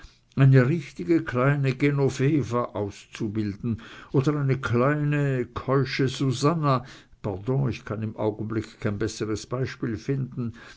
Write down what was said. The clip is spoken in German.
eine richtige kleine genoveva auszubilden oder eine kleine keusche susanna pardon ich kann im augenblicke kein besseres beispiel finden